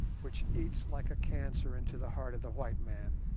which eats like a cancer into the heart of the white man.